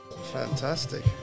Fantastic